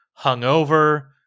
Hungover